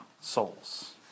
souls